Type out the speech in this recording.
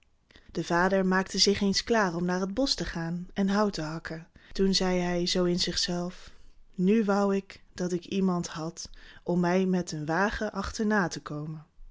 de vader maakte zich eens klaar om naar het bosch te gaan en hout te hakken toen zei hij zoo in zich zelf nu wou ik dat ik iemand had om mij met een wagen achterna te komen